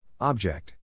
Object